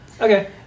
Okay